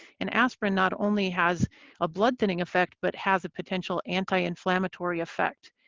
and aspirin not only has a blood thinning effect but has a potential anti-inflammatory effect.